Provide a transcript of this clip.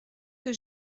que